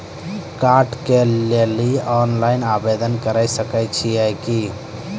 कार्डक लेल ऑनलाइन आवेदन के सकै छियै की?